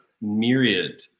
myriad